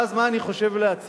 ואז, מה אני חושב לעצמי?